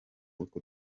utwo